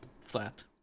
flat